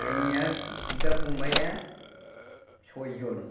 आंनिआ बिदा फंबाइआ सयजन